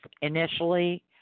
initially